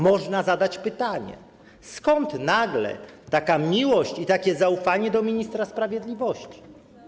Można zadać pytanie, skąd nagle taka miłość i takie zaufanie do ministra sprawiedliwości.